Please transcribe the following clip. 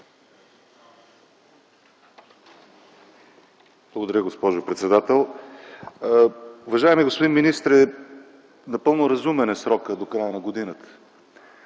Благодаря, госпожо председател. Уважаеми господин министър, напълно разумен е срокът до края на годината.